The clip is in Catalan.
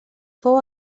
fou